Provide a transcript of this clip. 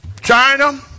China